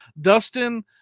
Dustin